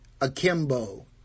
akimbo